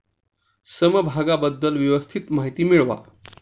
समभागाबद्दल व्यवस्थित माहिती मिळवा